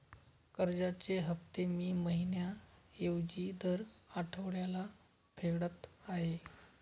कर्जाचे हफ्ते मी महिन्या ऐवजी दर आठवड्याला फेडत आहे